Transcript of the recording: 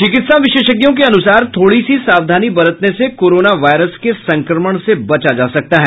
चिकित्सा विशेषज्ञों के अनुसार थोड़ी सी सावधानी बरतने से कोरोना वायरस के संक्रमण से बचा जा सकता है